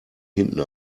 hinten